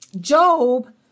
Job